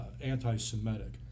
anti-Semitic